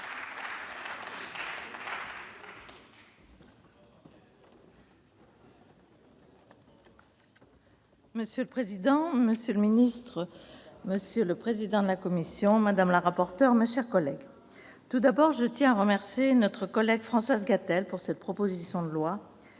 Monsieur le président, monsieur le ministre, monsieur le président de la commission, madame la rapporteur, mes chers collègues, tout d'abord, je tiens à remercier Mme Françoise Gatel pour cette proposition de loi.